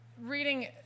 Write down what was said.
Reading